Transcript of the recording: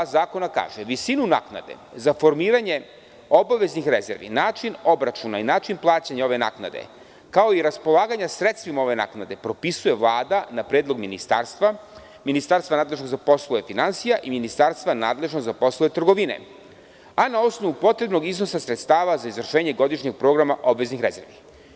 Član zakona kaže – visinu naknade za formiranje obaveznih rezervi, način obračuna i način plaćanja ove naknade, kao i raspolaganje sredstvima ove naknade propisuje Vlada na predlog ministarstva nadležnog za poslove finansija i ministarstva nadležnog za poslove trgovine, a na osnovu potrebnog iznosa sredstava za izvršenje godišnjeg programa obaveznih rezervi.